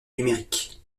numérique